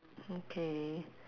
okay